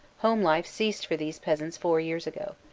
home life ceased for these peasants four y'ears ago.